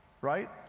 right